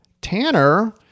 Tanner